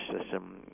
system